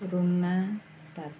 ଋନା ପାତ୍ର